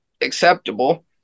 acceptable